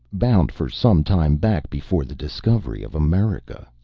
bound for some time back before the discovery of america!